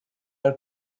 air